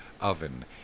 oven